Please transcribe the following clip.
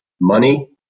money